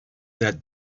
that